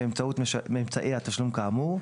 באמצעי התשלום כאמור,